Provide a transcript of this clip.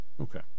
Okay